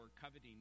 coveting